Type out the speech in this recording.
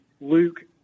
Luke